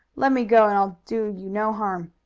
let me go and i'll do you no harm.